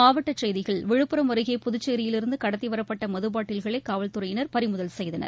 மாவட்ட செய்திகள் விழுப்புரம் அருகே புதுச்சேரியிலிருந்து கடத்தி வரப்பட்டட மதுபாட்டில்களை காவல்துறையினர் பறிமுதல் செய்தனர்